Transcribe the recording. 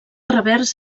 revers